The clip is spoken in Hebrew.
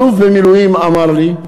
אלוף במילואים אמר לי: